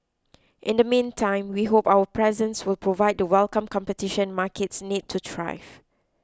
in the meantime we hope our presence will provide the welcome competition markets need to thrive